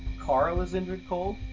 karl is indrid cold?